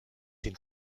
den